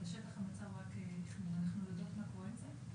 ובשטח המצב רק החמיר, יודעים מה קורה עם זה?